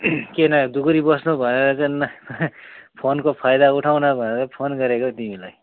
किन दगुरी बस्नु भनेर चाहिँ ना फोनको फायदा उठाउन भनेर फोन गरेको हौ तिमीलाई